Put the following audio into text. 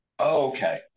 Okay